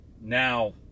Now